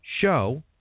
show